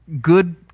good